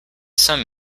some